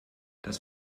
das